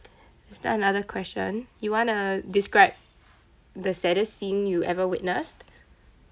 is there another question you want to describe the saddest scene you ever witnessed